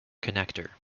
connector